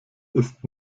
ist